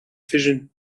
fission